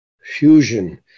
fusion